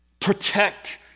Protect